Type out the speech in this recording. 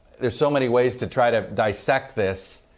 there are so many ways to try to dissect this.